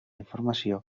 informació